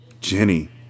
Jenny